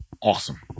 awesome